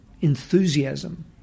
enthusiasm